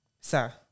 Sir